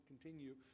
continue